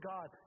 God